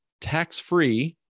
tax-free